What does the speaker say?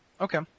Okay